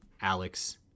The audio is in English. Alex